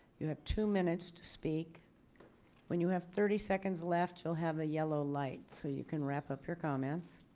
you have two minutes to speak when you have thirty seconds left. you'll have a yellow light so you can wrap up your comments.